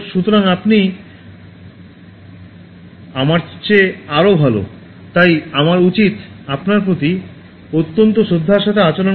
সুতরাং আপনি আমার চেয়ে আরও ভাল তাই আমার উচিত আপনার প্রতি অত্যন্ত শ্রদ্ধার সাথে আচরণ করা